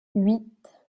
huit